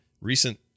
recent